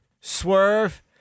Swerve